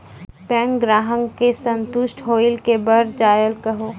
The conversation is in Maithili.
बैंक ग्राहक के संतुष्ट होयिल के बढ़ जायल कहो?